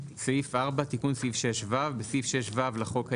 תיקון סעיף 6ו4.בסעיף 6ו לחוק העיקרי,